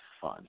fun